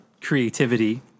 creativity